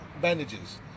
bandages